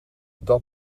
dat